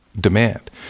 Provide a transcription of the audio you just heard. demand